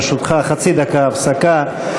ברשותך, חצי דקה הפסקה.